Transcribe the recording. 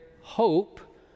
hope